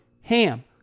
HAM